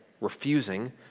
refusing